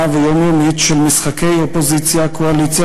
ויומיומית של משחקי אופוזיציה קואליציה,